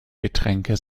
getränke